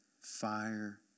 fire